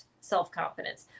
self-confidence